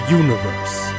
universe